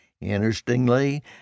Interestingly